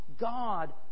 God